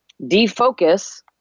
defocus